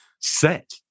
set